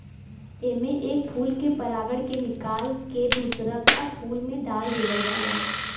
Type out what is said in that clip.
एमे एक फूल के परागण के निकाल के दूसर का फूल में डाल देवल जाला